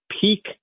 peak